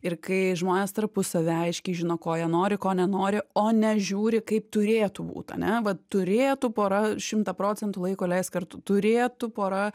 ir kai žmonės tarpusavy aiškiai žino ko jie nori ko nenori o ne žiūri kaip turėtų būt ane va turėtų pora šimtą procentų laiko leist kartu turėtų pora